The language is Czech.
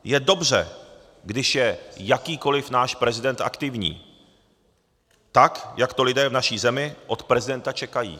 Je dobře, když je jakýkoliv náš prezident aktivní, tak jak to lidé v naší zemi od prezidenta čekají.